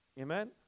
Amen